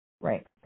Right